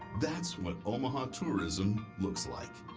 that's what omaha tourism looks like.